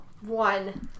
One